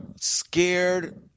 scared